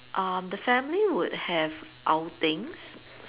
um the family would have outings